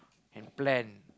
and plan